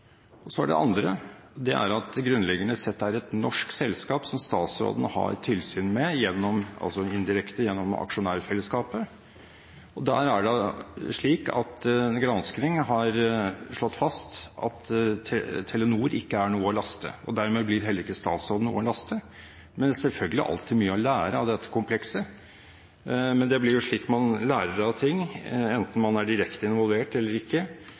politiet. Så til det andre: Det er grunnleggende sett et norsk selskap som statsråden har tilsyn med, altså indirekte gjennom aksjonærfellesskapet, og det er slik at en gransking har slått fast at Telenor ikke er å laste. Dermed blir heller ikke statsråden å laste. Det er selvfølgelig alltid mye å lære av dette komplekset. Det er slik man lærer av ting, enten man er direkte involvert eller ikke.